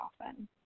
often